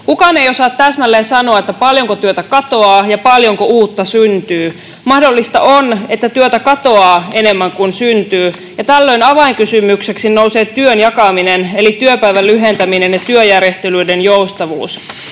Kukaan ei osaa täsmälleen sanoa, paljonko työtä katoaa ja paljonko uutta syntyy. Mahdollista on, että työtä katoaa enemmän kuin syntyy, ja tällöin avainkysymykseksi nousee työn jakaminen eli työpäivän lyhentäminen ja työjärjestelyiden joustavuus.